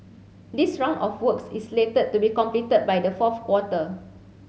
this round of works is slated to be completed by the fourth quarter